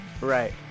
Right